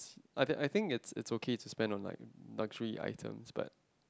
I I think it's it's okay to spend on like luxury items but